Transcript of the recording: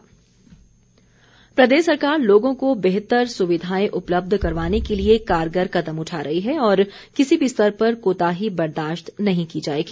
वीरेन्द्र कंवर प्रदेश सरकार लोगों को बेहतर सुविधाएं उपलब्ध करवाने के लिए कारगर कदम उठा रही है और किसी भी स्तर पर कोताही बर्दाश्त नहीं की जाएगी